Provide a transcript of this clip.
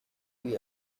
you